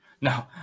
No